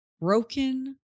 broken